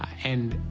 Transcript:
and